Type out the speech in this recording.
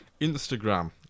Instagram